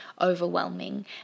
overwhelming